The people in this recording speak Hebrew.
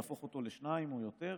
להפוך אותו לשניים או יותר,